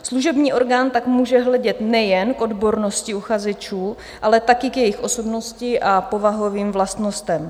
Služební orgán tak může hledět nejen k odbornosti uchazečů, ale také k jejich osobnosti a povahovým vlastnostem.